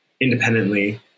independently